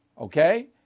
Okay